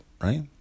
Right